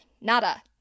nada